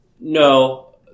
No